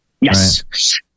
Yes